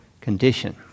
condition